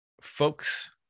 folks